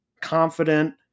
confident